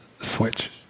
switch